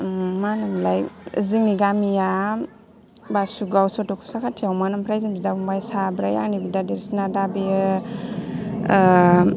मा होनो मोनलाय जोंनि गामिया बासुगाव सथ' खुसा खाथियावमोन ओमफ्राय जों बिदा फंबाय साब्रै आंनि बिदा देरसिना दा बेयो